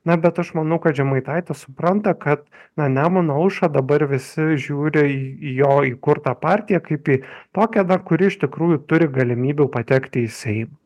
na bet aš manau kad žemaitaitis supranta kad na nemuno aušrą dabar visi žiūri į į jo įkurtą partiją kaip į tokią dar kuri iš tikrųjų turi galimybių patekti į seimą